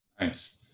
Nice